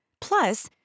Plus